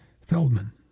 Feldman